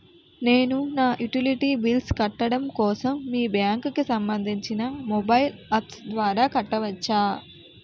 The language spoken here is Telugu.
నేను నా యుటిలిటీ బిల్ల్స్ కట్టడం కోసం మీ బ్యాంక్ కి సంబందించిన మొబైల్ అప్స్ ద్వారా కట్టవచ్చా?